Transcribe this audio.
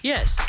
Yes